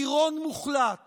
טירון מוחלט